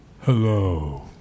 Hello